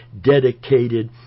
dedicated